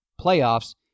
playoffs